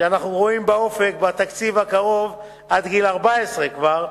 כשאנחנו רואים באופק בתקציב הקרוב עד גיל 14 כבר,